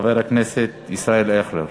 חבר הכנסת ישראל אייכלר.